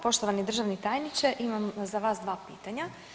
Poštovani državni tajniče, imam za vas dva pitanja.